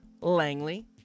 Langley